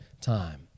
time